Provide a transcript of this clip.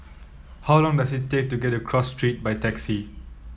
how long does it take to get to Cross Street by taxi